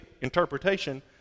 Interpretation